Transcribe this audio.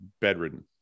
bedridden